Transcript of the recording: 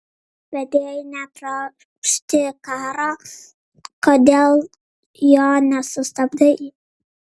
bet jei netrokšti karo kodėl jo nesustabdai